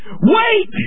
Wait